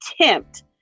attempt